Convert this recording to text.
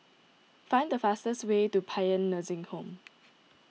find the fastest way to Paean Nursing Home